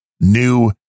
new